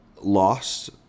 lost